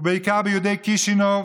ובעיקר ביהודי קישינב,